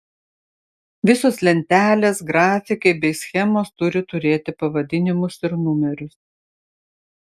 visos lentelės grafikai bei schemos turi turėti pavadinimus ir numerius